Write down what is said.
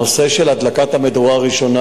הנושא של הדלקת המדורה הראשונה,